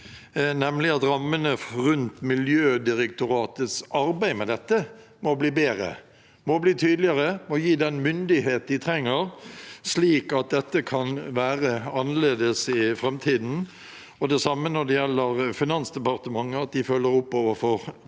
rammene rundt Miljødirektoratets arbeid med dette må bli bedre og tydeligere, og de må gis den myndighet de trenger, slik at dette kan være annerledes i framtiden. Det samme gjelder Finansdepartementet, de må følge opp overfor tolletaten